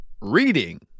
Reading